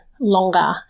longer